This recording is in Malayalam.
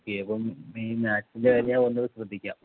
ഇവൻ മെയിൻ മാതസിന്റെ കാര്യം ഒന്ന് ശ്രദ്ധിക്കാം